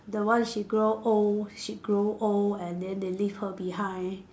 the one she grow old she grow old and then they leave her behind